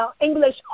English